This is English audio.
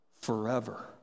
Forever